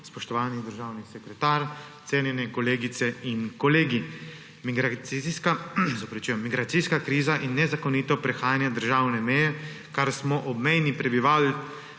Spoštovani državni sekretar, cenjeni kolegice in kolegi! Migracijska kriza in nezakonito prehajanje državne meje, kar smo obmejni prebivalke